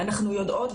אנחנו יודעות,